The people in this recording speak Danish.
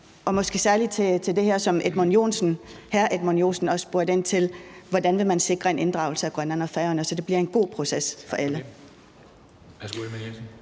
Og der er særlig det her, som hr. Edmund Joensen også spurgte ind til, nemlig hvordan man vil sikre en inddragelse af Grønland og Færøerne, så det bliver en god proces for alle.